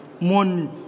money